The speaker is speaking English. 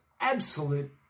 absolute